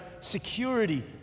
security